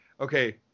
okay